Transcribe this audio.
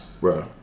bro